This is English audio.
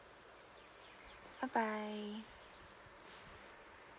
bye bye